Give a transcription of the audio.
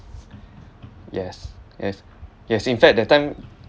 yes yes yes in fact that time